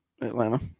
Atlanta